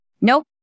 Nope